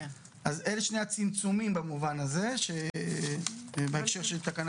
אלה שני הצמצומים במובן הזה בהקשר של תקנה